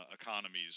economies